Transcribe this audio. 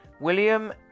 William